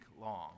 long